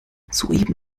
soeben